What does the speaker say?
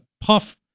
puff